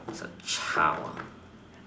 child ah